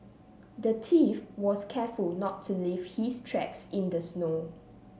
the thief was careful not to leave his tracks in the snow